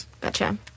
gotcha